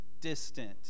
distant